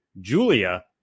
Julia